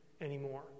anymore